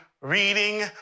reading